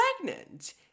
pregnant